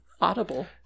audible